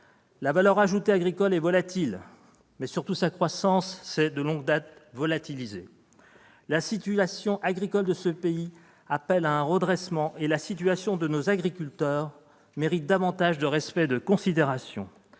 La valeur ajoutée agricole est volatile, mais c'est surtout sa croissance qui s'est de longue date volatilisée. La situation agricole de ce pays appelle un redressement ; la situation de nos agriculteurs mérite davantage de respect et de considération.